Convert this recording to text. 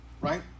right